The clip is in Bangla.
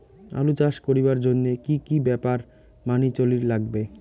আলু চাষ করিবার জইন্যে কি কি ব্যাপার মানি চলির লাগবে?